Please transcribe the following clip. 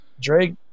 Drake